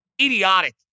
idiotic